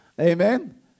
Amen